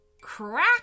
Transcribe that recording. Crack